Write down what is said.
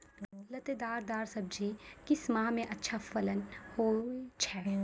लतेदार दार सब्जी किस माह मे अच्छा फलन होय छै?